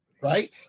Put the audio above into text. right